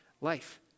life